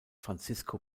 francisco